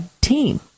team